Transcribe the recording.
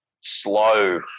slow